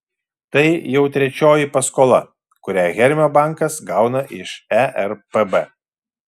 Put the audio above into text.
tai jau trečioji paskola kurią hermio bankas gauna iš erpb